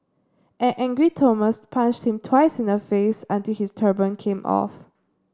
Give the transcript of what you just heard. an angry Thomas punched him twice in the face until his turban came off